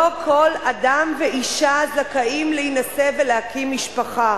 לא כל אדם ואשה זכאים להינשא ולהקים משפחה.